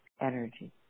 energy